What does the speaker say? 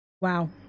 wow